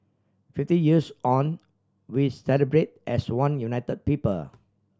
fifty years on we celebrate as one unit people